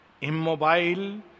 immobile